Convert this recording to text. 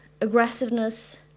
aggressiveness